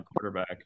quarterback